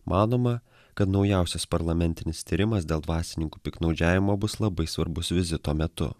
manoma kad naujausias parlamentinis tyrimas dėl dvasininkų piktnaudžiavimo bus labai svarbus vizito metu